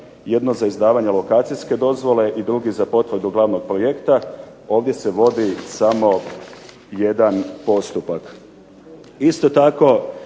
jedno za izdavanje lokacijske dozvole i drugi za potvrdu glavnog projekta ovdje se vodi samo jedan postupak. Isto tako